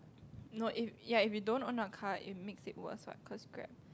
no if ya if you don't own a car it makes it worse what cause Grab